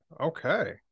Okay